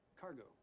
cargo